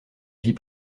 vie